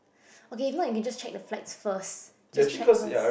okay if not you can just check the flights first just check first